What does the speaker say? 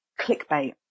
clickbait